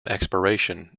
expiration